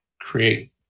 create